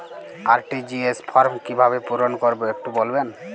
RTGS form কিভাবে পূরণ করবো একটু বলবেন?